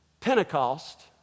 Pentecost